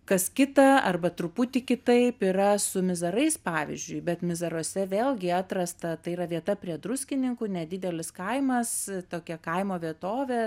kas kita arba truputį kitaip yra su mizarais pavyzdžiui bet mizaruose vėlgi atrasta tai yra vieta prie druskininkų nedidelis kaimas tokia kaimo vietovė